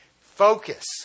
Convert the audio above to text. Focus